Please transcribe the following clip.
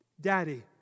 Daddy